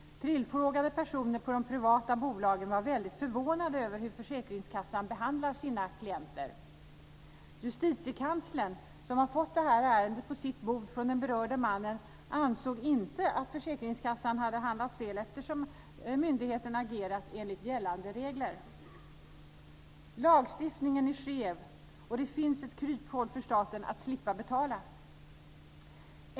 Tillfrågade personer på de privata bolagen var väldigt förvånade över hur försäkringskassan behandlar sina klienter. Justitiekanslern, som har fått det här ärendet på sitt bord från den berörde mannen, ansåg inte att försäkringskassan hade handlat fel, eftersom myndigheten agerat enligt gällande regler. Lagstiftningen är skev, och det finns ett kryphål som gör att staten slipper betala.